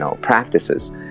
practices